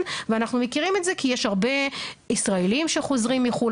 ואנחנו מכירים את זה כי יש הרבה ישראלים שחוזרים מחו"ל,